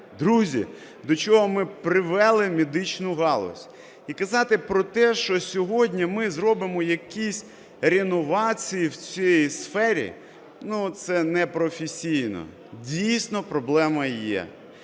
Друзі, до чого ми привели медичну галузь? І казати про те, що сьогодні ми зробимо якісь реновації в цій сфері, це непрофесійно. Дійсно, проблема є.